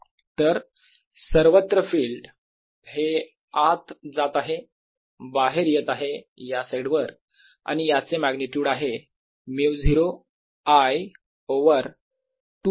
तर सर्वत्र फिल्ड हे आत जात आहे बाहेर येत आहे या साईड वर आणि याचे मॅग्निट्युड आहे μ0 I ओवर 2π x